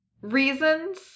reasons